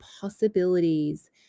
possibilities